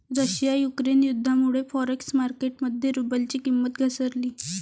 Russia Ukraine युद्धामुळे forex market मध्ये रुबलची किंमत घसरली